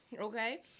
Okay